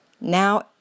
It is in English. Now